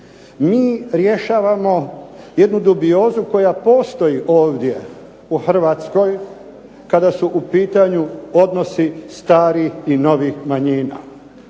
mi rješavamo jednu dubiozu koja postoji ovdje u Hrvatskoj, kada su u pitanju odnosi starih i novih manjina.